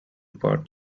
part